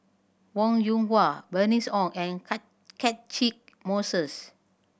Wong Yoon Wah Bernice Ong and Catchick Moses